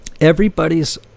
everybody's